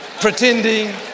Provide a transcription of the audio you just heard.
pretending